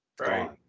Right